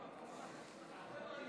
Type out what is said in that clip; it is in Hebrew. כפי שהציג אותה ראש הממשלה, 59 התנגדו,